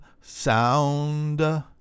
sound